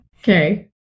Okay